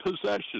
possession